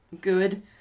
good